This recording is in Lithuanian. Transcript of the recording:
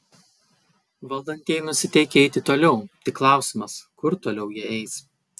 valdantieji nusiteikę eiti toliau tik klausimas kur toliau jie eis